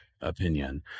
opinion